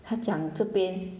她讲这边